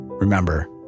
Remember